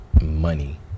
money